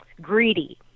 greedy